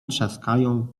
trzaskają